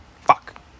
Fuck